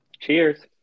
Cheers